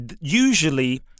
usually